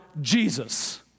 Jesus